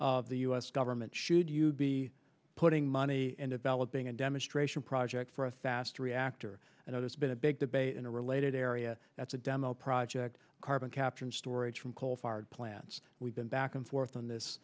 of the u s government should you be putting money in developing a demonstration project for a fast reactor and it's been a big debate in a related area that's a demo project carbon capture and storage from coal fired plants we've been back and forth on this